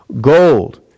Gold